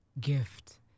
gift